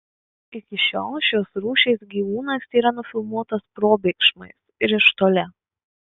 iki šiol šios rūšies gyvūnas tėra nufilmuotas probėgšmais ir iš toli